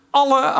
alle